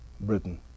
Britain